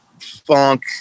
funk